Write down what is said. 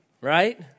right